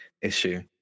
issue